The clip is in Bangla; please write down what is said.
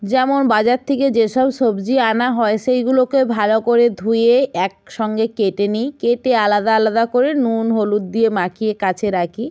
যেমন বাজার থেকে যেসব সবজি আনা হয় সেইগুলোকে ভালো করে ধুয়ে এক সঙ্গে কেটে নিই কেটে আলাদা আলাদা করে নুন হলুদ দিয়ে মাখিয়ে কাছে রাখি